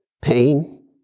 pain